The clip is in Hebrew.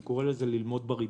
אני קורא לזה "ללמוד בריבוע"